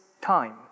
time